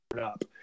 up